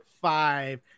five